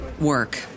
work